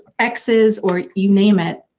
exes or you name it,